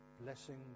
blessing